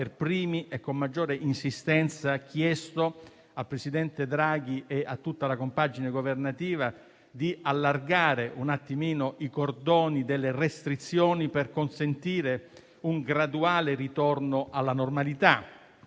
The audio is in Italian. per primi e con maggiore insistenza, hanno chiesto al presidente Draghi e a tutta la compagine governativa di allargare i cordoni delle restrizioni per consentire un graduale ritorno alla normalità.